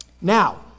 now